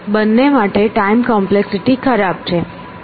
બંને માટે time complexity ખરાબ છે